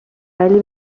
ولی